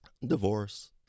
divorce